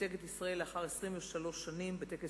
שייצג את ישראל לאחר 23 שנים בטקס